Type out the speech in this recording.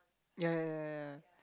ya ya ya ya ya